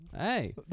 Hey